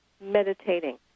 meditating